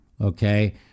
Okay